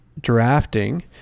drafting